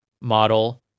model